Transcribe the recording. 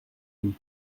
loup